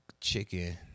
Chicken